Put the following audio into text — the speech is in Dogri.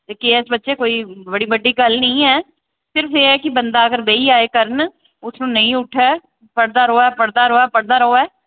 ते के ऐस्स बच्चे कोई बड़ी बड्डी गल्ल निं ऐ सिर्फ एह् ऐ कि बंदा अगर बेही जाए करन उत्थूं नेईं उट्ठै पढ़दा रौहै पढ़दा रौहै पढ़दा रौहै